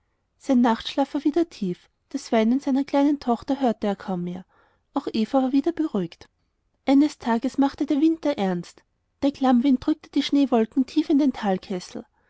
sein nachtschlaf war wieder tief das weinen seiner kleinen tochter hörte er kaum mehr auch eva war wieder beruhigt eines tages machte der winter ernst der klammwind drückte die schneewolken tief in den